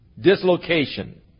dislocation